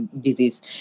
disease